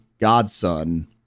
godson